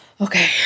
Okay